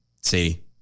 See